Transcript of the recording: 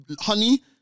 honey